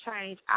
change